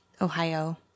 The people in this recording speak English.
Ohio